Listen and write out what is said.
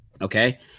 okay